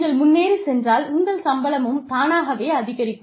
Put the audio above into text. நீங்கள் முன்னேறி சென்றால் உங்கள் சம்பளமும் தானாகவே அதிகரிக்கும்